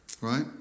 Right